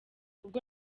ubwo